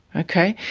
okay.